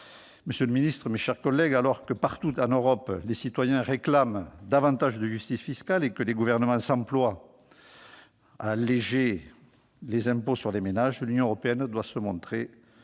Monsieur le ministre, mes chers collègues, alors que, partout en Europe, les citoyens réclament davantage de justice fiscale et que les gouvernements s'emploient à alléger les impôts sur les ménages, l'Union européenne doit se montrer